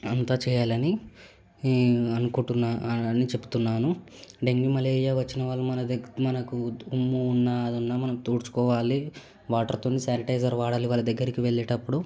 అంతా చేయాలని నే అనుకుంటున్నా అని చెప్తున్నాను డెంగ్యూ మలేరియా వచ్చినవాళ్ళు మన ద మనకు తుమ్ము ఉన్న అదున్న తుడుచుకోవాలి వాటర్తోని శానిటైజర్ వాడాలి వాళ్ళ దగ్గరికి వెళ్ళేటప్పుడు